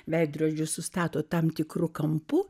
veidrodžių sustato tam tikru kampu